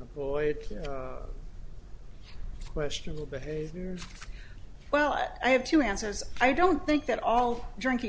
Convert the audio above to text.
avoid questionable behavior well i have two answers i don't think that all drinking